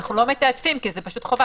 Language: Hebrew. אנחנו לא מתעדפים כי זה פשוט חובה.